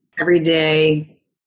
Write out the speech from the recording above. everyday